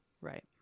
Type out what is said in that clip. Right